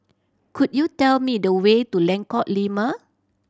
could you tell me the way to Lengkok Lima